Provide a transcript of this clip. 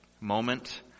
Moment